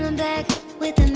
and that will